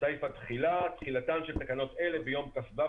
סעיף התחילה: "תחילה תחילתן של תקנות אלה ביום כ"ו